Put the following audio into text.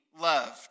loved